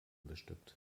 bestückt